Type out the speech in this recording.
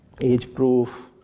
age-proof